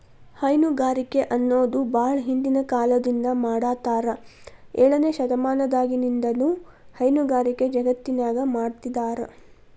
ಹೈನುಗಾರಿಕೆ ಅನ್ನೋದು ಬಾಳ ಹಿಂದಿನ ಕಾಲದಿಂದ ಮಾಡಾತ್ತಾರ ಏಳನೇ ಶತಮಾನದಾಗಿನಿಂದನೂ ಹೈನುಗಾರಿಕೆ ಜಗತ್ತಿನ್ಯಾಗ ಮಾಡ್ತಿದಾರ